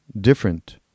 different